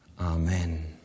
Amen